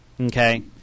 okay